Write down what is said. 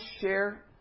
share